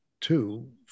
two